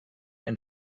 and